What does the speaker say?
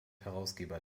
herausgeber